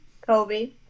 Kobe